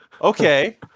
okay